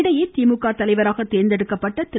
இதனிடையே திமுக தலைவராக தேர்ந்தெடுக்கப்பட்ட திரு